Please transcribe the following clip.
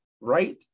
right